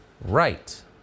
Right